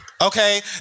Okay